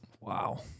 wow